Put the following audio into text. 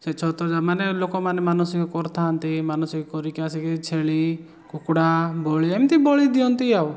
ସେ ମାନେ ଲୋକମାନେ ମାନସିକ କରୁଥାନ୍ତି ମାନସିକ କରିକି ଆସିକି ଛେଳି କୁକୁଡ଼ା ବଳି ଏମତି ବଳି ଦିଅନ୍ତି ଆଉ